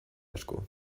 asko